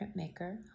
printmaker